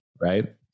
right